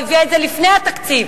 לא הביאה את זה לפני התקציב,